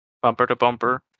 bumper-to-bumper